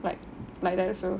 like like that also